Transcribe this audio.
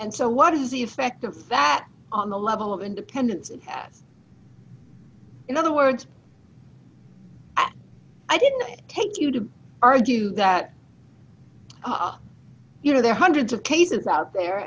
and so what is the effect of that on the level of independence that in other words i didn't take you to argue that you know there are hundreds of cases out there